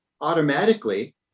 automatically